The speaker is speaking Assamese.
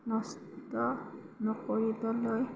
নষ্ট নকৰিবলৈ